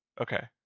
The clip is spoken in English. Okay